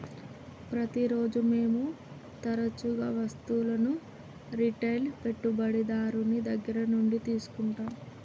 ప్రతిరోజు మేము తరచుగా వస్తువులను రిటైల్ పెట్టుబడిదారుని దగ్గర నుండి తీసుకుంటాం